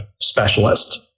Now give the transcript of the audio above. specialist